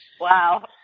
Wow